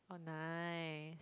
oh nice